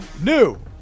new